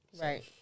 Right